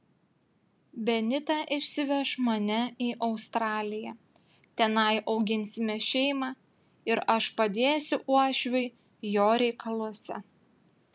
benita išsiveš mane į australiją tenai auginsime šeimą ir aš padėsiu uošviui jo reikaluose